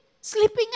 sleeping